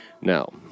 Now